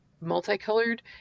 multicolored